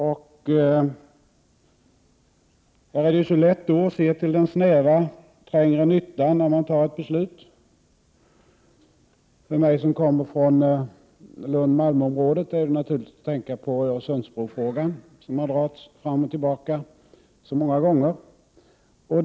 Det är lätt att se till den trängre nyttan när man fattar ett beslut. För mig, som kommer från Lund—-Malmö-området, är det naturligt att tänka på Öresundsbrofrågan som dragits fram och tillbaka så många gånger.